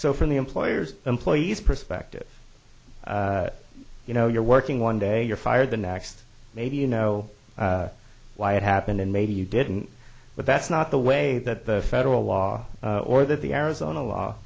so from the employer's employees perspective you know you're working one day you're fired the next maybe you know why it happened and maybe you didn't but that's not the way that the federal law or that the arizona law